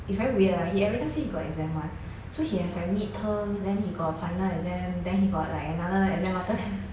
it's very weird lah he every time say he got exam [one] so he has like mid terms then he got final exam then he got like another exam after that